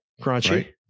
Crunchy